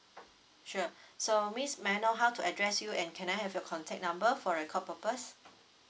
sure so miss may I know how to address you and can I have your contact number for record purpose